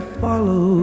follow